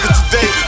today